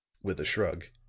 with a shrug,